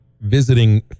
visiting